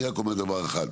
אני רק אומר דבר אחד,